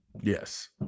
yes